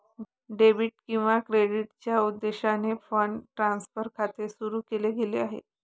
debit किंवा क्रेडिटच्या उद्देशाने फंड ट्रान्सफर खाते सुरू केले गेले आहे